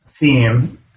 Theme